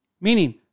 meaning